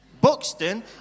Buxton